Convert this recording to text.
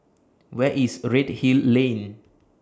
Where IS Redhill Lane